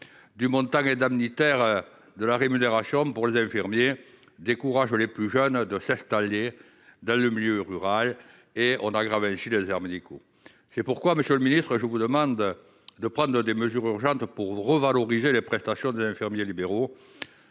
du Mountaga Tagada de la rémunération pour les infirmières décourage les plus jeunes de s'installer dans le milieu rural et on ainsi des déserts médicaux, c'est pourquoi monsieur le ministre, je vous demande de prendre des mesures urgentes pour revaloriser les prestations des infirmiers libéraux